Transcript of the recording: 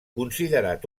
considerat